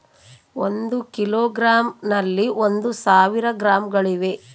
ಒಂದು ಕಿಲೋಗ್ರಾಂ ನಲ್ಲಿ ಒಂದು ಸಾವಿರ ಗ್ರಾಂಗಳಿವೆ